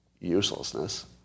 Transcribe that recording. uselessness